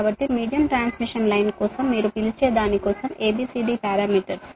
కాబట్టి medium transmission line కోసం మీరు పిలిచే దాని కోసం A B C D పారామితులు